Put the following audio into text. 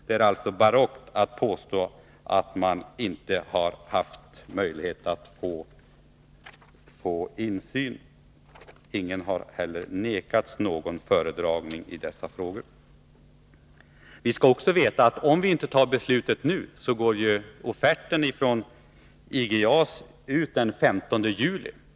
Det är alltså barockt att påstå att man inte haft möjlighet att få insyn. Ingen har heller vägrats någon föredragning i dessa frågor. Vi skall också veta att om vi inte fattar beslut nu, så går offerten från IG JAS ut den 15 juli.